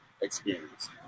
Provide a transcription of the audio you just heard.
experience